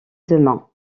demain